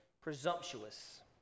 presumptuous